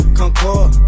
concord